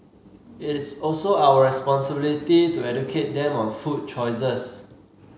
it is also our responsibility to educate them on food choices